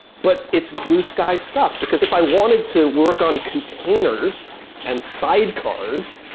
but it's blue sky stuff. because if i wanted to work on containers and sidecars,